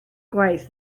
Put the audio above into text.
gwaith